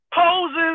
poses